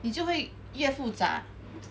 你就会越复杂